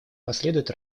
последует